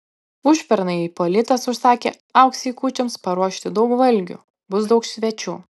užpernai ipolitas užsakė auksei kūčioms paruošti daug valgių bus daug svečių